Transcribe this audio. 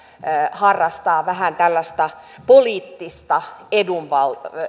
harrastaa vähän tällaista poliittista edunvalvontaa